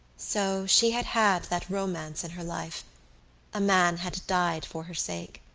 so she had had that romance in her life a man had died for her sake.